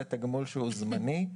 זה תגמול שהוא זמני,